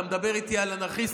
אתה מדבר איתי על אנרכיסטים,